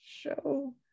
show